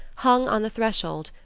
hung on the threshold,